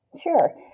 Sure